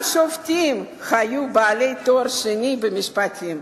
גם שופטים היו בעלי תואר שני במשפטים.